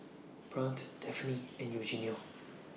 Brant Daphne and Eugenio